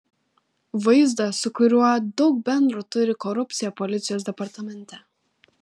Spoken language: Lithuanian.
vaizdą su kuriuo daug bendro turi korupcija policijos departamente